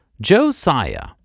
Josiah